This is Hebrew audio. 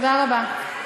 תודה רבה.